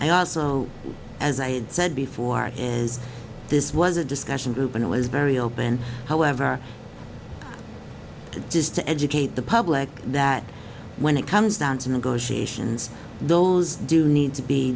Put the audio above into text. i also as i had said before as this was a discussion group and i was very open however to just to educate the public that when it comes down to negotiations those do need to be